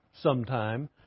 sometime